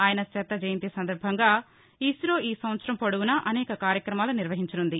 ఆయన శతజయంతి సందర్భంగా ఇస్లో ఈ సంవత్పరం పొదవునా అనేక కార్యక్రమాలు నిర్వహించనుంది